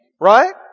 Right